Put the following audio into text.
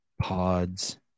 pods